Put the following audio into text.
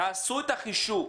תעשו את החישוב.